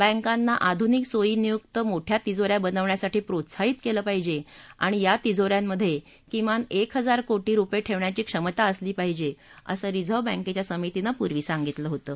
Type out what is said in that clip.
बँकांना आधुनिक सोयीनियुक्त मोठ्या तिजो या बनवण्यासाठी प्रोत्साहित केलं पाहिजे आणि या तिजो यांमधे किमान एक हजार कोटी रुपये ठेवण्याची क्षमता असली पाहिजे असं रिजर्व बँकेच्या समितीनं पूर्वी सांगितलं होतं